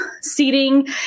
seating